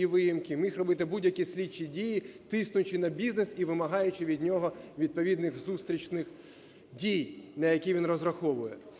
і виїмки, міг робити будь-які слідчі дії, тиснучи на бізнес і вимагаючи від нього відповідних зустрічних дій, на які він розраховує.